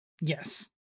Yes